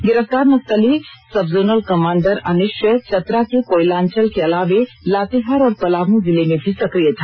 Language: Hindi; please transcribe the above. गिरफ्तार नक्सली सब जोनल कमांडर अनिश्चय चतरा के कोयलांचल के अलावे लातेहार और पलाम जिले में भी सक्रिय था